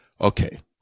Okay